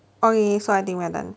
okay so I think we are done